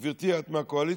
גברתי, את מהקואליציה.